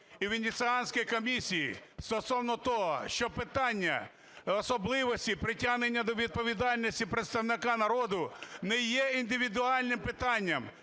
і Венеційської комісії стосовно того, що питання особливості притягнення до відповідальності представника народу не є індивідуальним питанням,